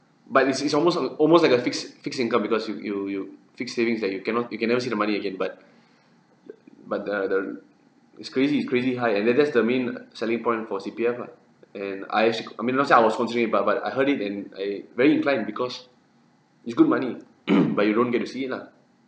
but is is almost of the almost like a fixed fixed income because you you you fixed savings that you cannot you can never see the money again but but uh the it's crazy it's crazy high and then that's the main uh selling point for C_P_F lah and I actually I mean not say I was considering but but I heard it and I very inclined because it's good money but you don't get to see it lah